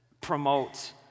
promote